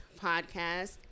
podcast